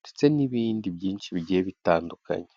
ndetse n'ibindi byinshi bigiye bitandukanye.